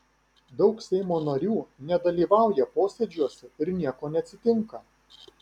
daug seimo narių nedalyvauja posėdžiuose ir nieko neatsitinka